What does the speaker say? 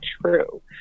true